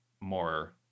more